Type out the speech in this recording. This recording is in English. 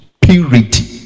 Purity